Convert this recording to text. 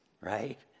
right